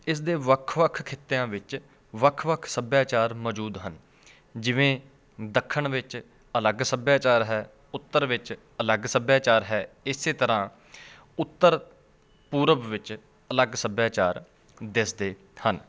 ਇਸਦੇ ਵੱਖ ਵੱਖ ਖਿੱਤਿਆਂ ਵਿੱਚ ਵੱਖ ਵੱਖ ਸੱਭਿਆਚਾਰ ਮੌਜੂਦ ਹਨ ਜਿਵੇਂ ਦੱਖਣ ਵਿੱਚ ਅਲੱਗ ਸੱਭਿਆਚਾਰ ਹੈ ਉੱਤਰ ਵਿੱਚ ਅਲੱਗ ਸੱਭਿਆਚਾਰ ਹੈ ਇਸ ਤਰ੍ਹਾਂ ਉੱਤਰ ਪੂਰਬ ਵਿੱਚ ਅਲੱਗ ਸੱਭਿਆਚਾਰ ਦਿਸਦੇ ਹਨ